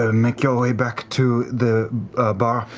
ah make your way back to the bar,